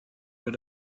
your